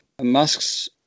Musk's